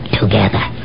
together